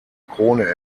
krone